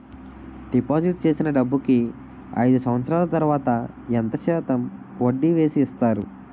Deposit చేసిన డబ్బుకి అయిదు సంవత్సరాల తర్వాత ఎంత శాతం వడ్డీ వేసి ఇస్తారు?